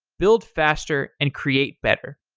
build faster and create better.